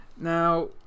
Now